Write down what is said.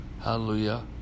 Hallelujah